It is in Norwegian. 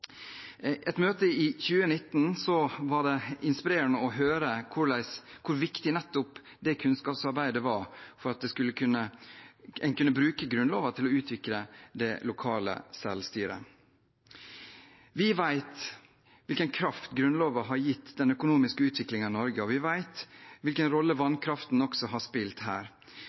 et møte i 2019 var det inspirerende å høre hvor viktig nettopp dette kunnskapsarbeidet var for at de skulle kunne bruke grunnloven til å utvikle det lokale selvstyret. Vi vet hvilken kraft Grunnloven har gitt den økonomiske utviklingen i Norge, og vi vet hvilken rolle vannkraften har spilt også her.